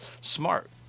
smart